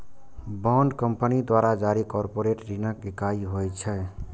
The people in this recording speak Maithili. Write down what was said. बांड कंपनी द्वारा जारी कॉरपोरेट ऋणक इकाइ होइ छै